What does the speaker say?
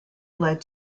led